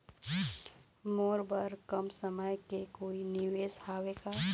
मोर बर कम समय के कोई निवेश हावे का?